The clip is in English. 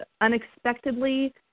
unexpectedly